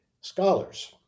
scholars